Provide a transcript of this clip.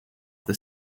the